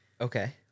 Okay